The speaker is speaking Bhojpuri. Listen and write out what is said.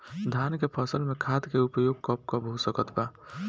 धान के फसल में खाद के उपयोग कब कब हो सकत बा?